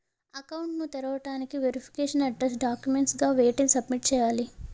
Account ను తెరవటానికి verification address documents గా వేటిని సబ్మిట్ చేయాలి?